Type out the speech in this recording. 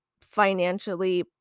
financially